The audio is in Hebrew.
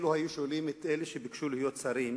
אילו היו שואלים את אלה שביקשו להיות שרים